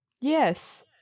Yes